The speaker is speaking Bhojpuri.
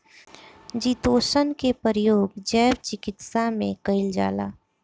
चितोसन के प्रयोग जैव चिकित्सा में कईल जाला